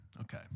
Okay